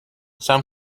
some